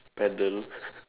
paddle